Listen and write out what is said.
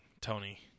Tony